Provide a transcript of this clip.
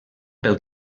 pel